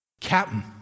captain